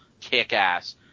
kick-ass